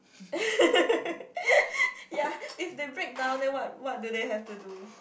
ya if they break down then what what do they have to do